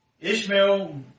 Ishmael